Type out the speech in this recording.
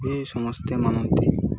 ଏ ସମସ୍ତେ ମାନନ୍ତି